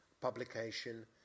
publication